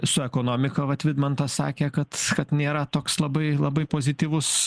su ekonomika vat vidmantas sakė kad kad nėra toks labai labai pozityvus